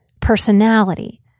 personality